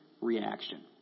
reaction